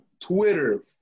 Twitter